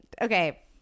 Okay